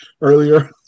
earlier